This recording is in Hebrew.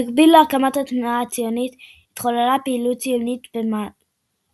במקביל להקמת התנועה הציונית התחוללה פעילות ציונית מעשית,